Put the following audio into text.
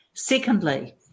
Secondly